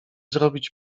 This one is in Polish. zrobić